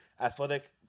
athletic